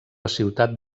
ciutat